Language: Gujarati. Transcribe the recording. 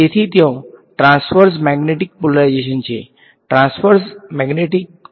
તેથી ત્યાં ટ્રાંસવર્સ મેગ્નેટિક પોલરાઇઝેશન છે ટ્રાન્સવર્સ મેગ્નેટિક ઓકે